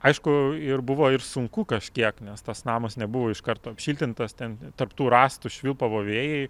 aišku ir buvo ir sunku kažkiek nes tas namas nebuvo iš karto apšiltintas ten tarp tų rąstų švilpavo vėjai